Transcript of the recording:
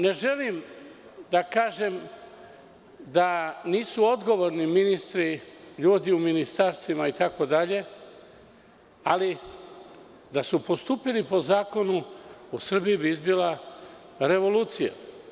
Ne želim da kažem da nisu odgovorni ministri, ljudi u ministarstvima, itd, ali da su postupili po zakonu, u Srbiji bi izbila revolucija.